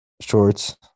shorts